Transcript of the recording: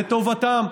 לטובתם.